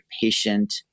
patient